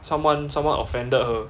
someone someone offended her